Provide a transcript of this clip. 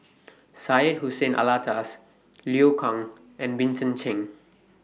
Syed Hussein Alatas Liu Kang and Vincent Cheng